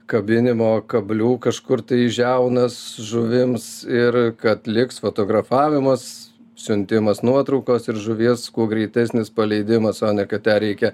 kabinimo kablių kažkur tai į žiaunas žuvims ir kad liks fotografavimas siuntimas nuotraukos ir žuvies kuo greitesnis paleidimas o ne kad ją reikia